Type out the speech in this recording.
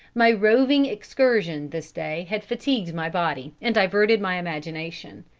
my roving excursion this day had fatigued my body and diverted my imagination.